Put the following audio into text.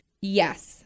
Yes